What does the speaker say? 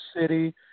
city